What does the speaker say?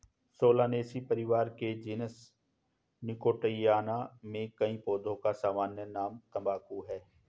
Solanaceae परिवार के genus Nicotiana में कई पौधों का सामान्य नाम तंबाकू है